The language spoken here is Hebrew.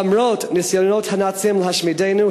למרות ניסיונות הנאצים להשמידנו,